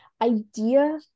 idea